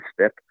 step